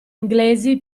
inglesi